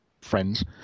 friends